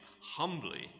humbly